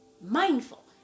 Mindful